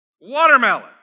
Watermelon